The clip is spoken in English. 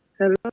Hello